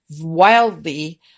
wildly